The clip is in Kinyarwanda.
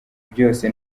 byose